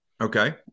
Okay